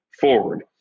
forward